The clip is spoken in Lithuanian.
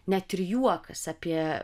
net ir juokas apie